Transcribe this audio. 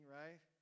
right